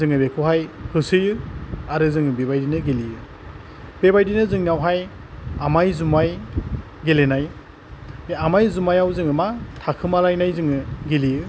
जोङो बेखौहाय होसोयो आरो जोंङो बेबायदिनो गेलेयो बेबायदिनो जोंनावहाय आमाइ जुमाइ गेलेनाय बे आमाय जुमाइयाव जोङो मा थाखोमालयनाय जोङो गेलेयो